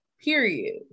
Period